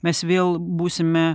mes vėl būsime